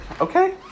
okay